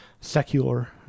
secular